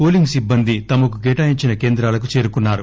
polling సిబ్బంది తమకు కేటాయించిన కేంద్రాలకు చేరుకున్నారు